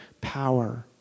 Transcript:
power